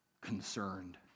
concerned